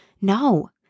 no